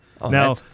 Now